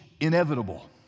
inevitable